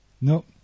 No